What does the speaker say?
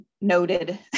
noted